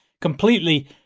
Completely